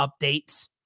updates